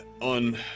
On